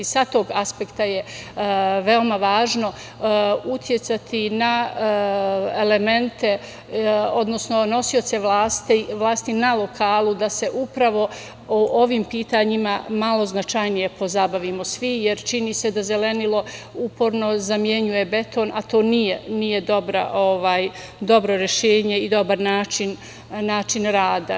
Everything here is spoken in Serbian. Sa tog aspekta je veoma važno uticati na elemente, odnosno nosioce vlasti na lokalu da se upravo ovim pitanjima malo značajnije pozabavimo svi, jer čini se da zelenilo uporno zamenjuje beton, a to nije dobro rešenje i dobar način rada.